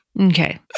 Okay